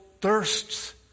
thirsts